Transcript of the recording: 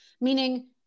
Meaning